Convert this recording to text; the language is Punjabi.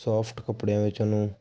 ਸੋਫਟ ਕੱਪੜਿਆਂ ਵਿੱਚ ਉਹਨੂੰ